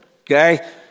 okay